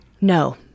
No